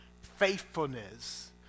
faithfulness